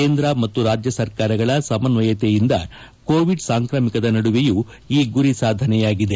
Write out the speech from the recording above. ಕೇಂದ್ರ ಮತ್ತು ರಾಜ್ಯ ಸರ್ಕಾರಗಳ ಸಮನ್ವಯತೆಯಿಂದ ಕೋವಿಡ್ ಸಾಂಕ್ರಾಮಿಕದ ನಡುವೆಯೂ ಈ ಗುರಿ ಸಾಧನೆಯಾಗಿದೆ